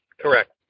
Correct